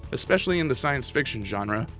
especially in the science fiction genre,